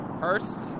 Hurst